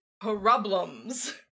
problems